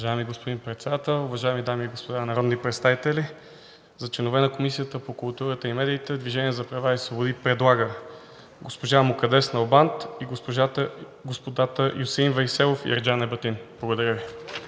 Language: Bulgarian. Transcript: Уважаеми господин Председател, уважаеми дами и господа народни представители! За членове на Комисията по културата и медиите „Движение за права и свободи“ предлага госпожа Мукаддес Налбант и господата Юсеин Вейселов и Ерджан Ебатин. Благодаря Ви.